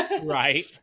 right